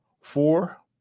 four